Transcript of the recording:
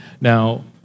Now